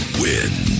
win